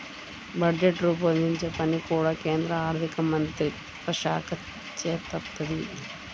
budget రూపొందించే పని కూడా కేంద్ర ఆర్ధికమంత్రిత్వశాఖే చేత్తది